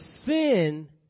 sin